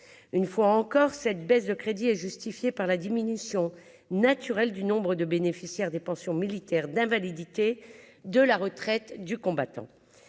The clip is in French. une fois encore, cette baisse de crédits est justifiée par la diminution naturelle du nombre de bénéficiaires des pensions militaires d'invalidité de la retraite du combattant,